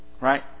Right